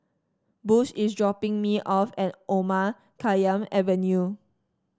Bush is dropping me off at Omar Khayyam Avenue